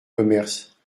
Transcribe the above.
commerce